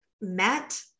met